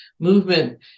Movement